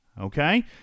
Okay